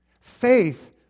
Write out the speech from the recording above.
Faith